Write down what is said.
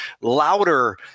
louder